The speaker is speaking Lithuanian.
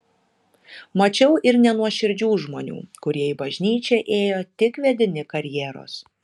mačiau ir nenuoširdžių žmonių kurie į bažnyčią ėjo tik vedini karjeros